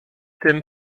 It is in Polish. tym